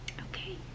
okay